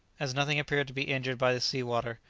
as nothing appeared to be injured by the sea-water,